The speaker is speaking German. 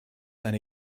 eine